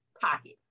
pocket